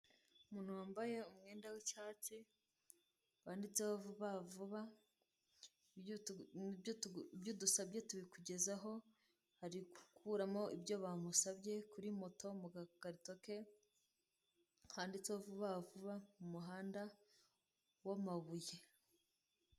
Umuntu wambaye umwenda w'icyatsi wanditseho vuba vuba, ibyo udusabye tubikugezaho ari gukuramo ibyo bamutumye kuri moto mu gakarito ke handitseho vuba vuba, mu muhanda w'amabuye.